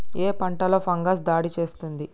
ఏ పంటలో ఫంగస్ దాడి చేస్తుంది?